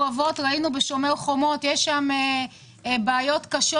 בשומר החומות ראינו שיש שם בעיות קשות